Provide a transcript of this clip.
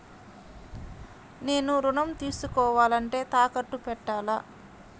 నేను ఋణం తీసుకోవాలంటే తాకట్టు పెట్టాలా?